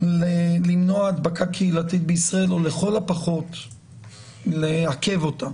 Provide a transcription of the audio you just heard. למנוע הדבקה קהילתית בישראל או לכל הפחות לעכב אותה